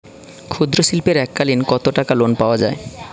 ক্ষুদ্রশিল্পের এককালিন কতটাকা লোন পাওয়া য়ায়?